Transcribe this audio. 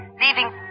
Leaving